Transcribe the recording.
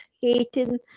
Hating